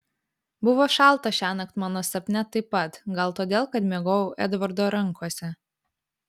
buvo šalta šiąnakt mano sapne taip pat gal todėl kad miegojau edvardo rankose